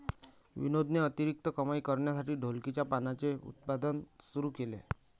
विनोदने अतिरिक्त कमाई करण्यासाठी ढोलकीच्या पानांचे उत्पादन सुरू केले